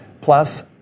plus